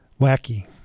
wacky